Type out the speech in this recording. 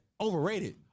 Overrated